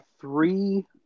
three